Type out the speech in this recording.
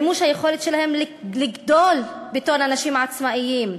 מימוש היכולת שלהם לגדול כאנשים עצמאיים,